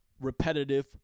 repetitive